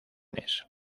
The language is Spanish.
jóvenes